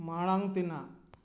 ᱢᱟᱲᱟᱝ ᱛᱮᱱᱟᱜ